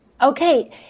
Okay